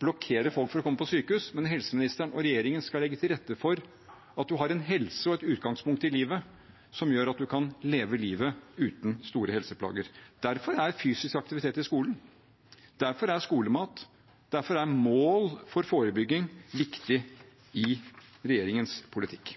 blokkere folk fra å komme på sykehus, men helseministeren og regjeringen skal legge til rette for at man har en helse og et utgangspunkt i livet som gjør at man kan leve livet uten store helseplager. Derfor er fysisk aktivitet i skolen, skolemat og mål for forebygging viktig i regjeringens politikk.